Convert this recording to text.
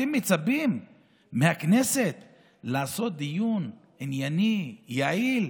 אתם מצפים מהכנסת לעשות דיון ענייני, יעיל,